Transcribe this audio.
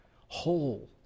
whole